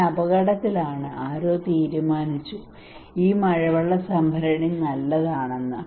ഞാൻ അപകടത്തിലാണ് ആരോ തീരുമാനിച്ചു ഈ മഴവെള്ള സംഭരണി നല്ലതാണെന്ന്